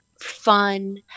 fun